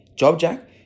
JobJack